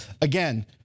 again